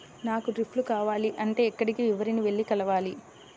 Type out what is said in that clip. నాకు డ్రిప్లు కావాలి అంటే ఎక్కడికి, ఎవరిని వెళ్లి కలవాలి?